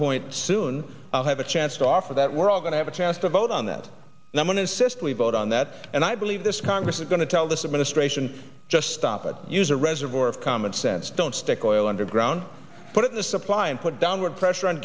point soon i'll have a chance to offer that we're all going to have a chance to vote on that and i'm going to sisterly vote on that and i believe this congress is going to tell this administration just stop it use a reservoir of common sense don't stick oil underground put it in a supply and put downward pressure on